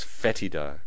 fetida